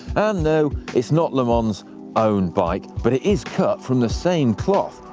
no, it's not lemond's own bike, but it is cut from the same cloth,